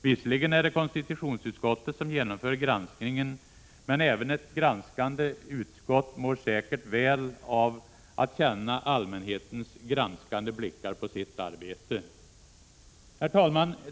Visserligen är det konstitutionsutskottet som genomför granskningen, men även ett granskande utskott mår säkert väl av att känna allmänhetens granskande blickar på sitt arbete. Herr talman!